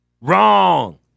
wrong